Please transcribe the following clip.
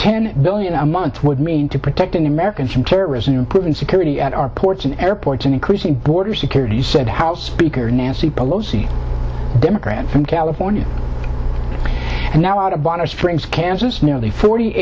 ten billion a month would mean to protecting americans from terrorism improving security at our ports and airports and increasing border security said house speaker nancy pelosi democrat from california and now out of binary strings kansas nearly forty